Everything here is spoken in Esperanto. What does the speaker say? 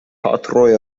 patroj